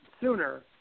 sooner